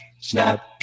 snap